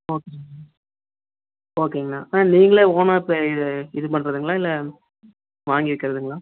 ஓகேங்கண்ணா ஓகேங்கண்ணா அண்ணா நீங்களே ஓனா இப்போ இதை இது பண்ணுறதுங்களா இல்லை வாங்கி விற்கறதுங்களா